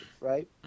right